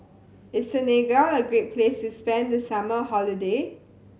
is Senegal a great place to spend the summer holiday